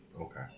Okay